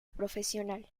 profesional